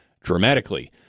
dramatically